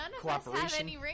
cooperation